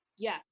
Yes